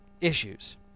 issues